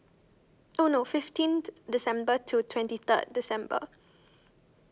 oh no fifteenth december to twenty third december